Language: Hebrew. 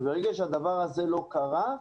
ברגע שהדבר הזה לא קרה,